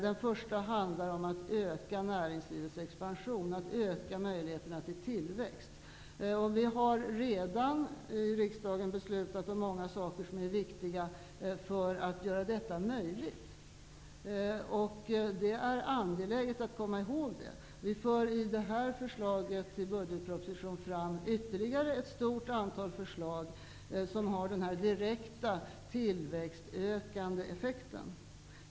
Den första handlar om att öka näringslivets expansion, att öka möjligheterna till tillväxt. Vi har redan i riksdagen beslutat om många saker som är viktiga för att göra detta möjligt. Det är angeläget att komma ihåg det. Vi för i budgetpropositionen fram ytterligare ett stort antal förslag som har en direkt tillväxtökande effekt.